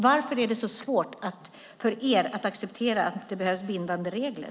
Varför är det så svårt för er att acceptera att det behövs bindande regler?